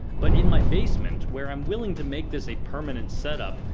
but in my basement, where i'm willing to make this a permanent setup,